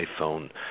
iPhone